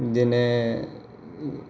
बिदिनो